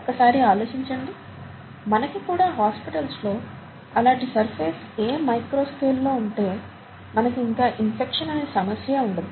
ఒక్కసారి ఆలోచించండి మనకి కూడా హాస్పిటల్స్ లో అలాటి సర్ఫేస్ ఏ మైక్రో స్కేలులో ఉంటే మనకి ఇంకా ఇన్ఫెక్షన్ అనే సమస్యే ఉండదు